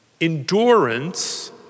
Endurance